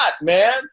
man